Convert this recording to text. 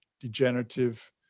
degenerative